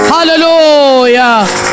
Hallelujah